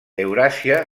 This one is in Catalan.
euràsia